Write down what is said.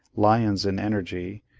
lions in energy,